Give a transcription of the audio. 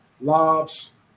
lobs